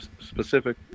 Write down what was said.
specific